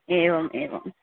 एवम् एवम्